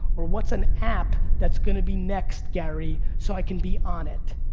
or what's an app that's gonna be next, gary, so i can be on it?